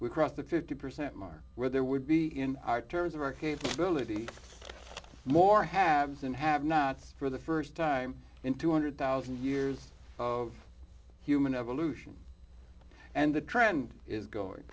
we crossed the fifty percent mark where there would be in our terms of our capability more haves and have nots for the st time in two hundred thousand years of human evolution and the trend is going